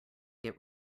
get